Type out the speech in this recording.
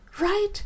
right